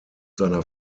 seiner